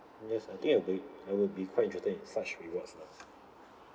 yes I think I'll be I would be quite interested in such rewards lah